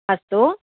अस्तु